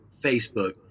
Facebook